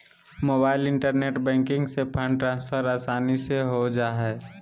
mobile internet banking से fund transfer आसानी से हो जा हइ